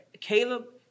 Caleb